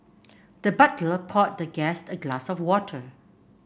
the butler poured the guest a glass of water